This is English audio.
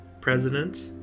president